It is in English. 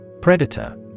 Predator